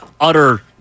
utter